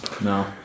No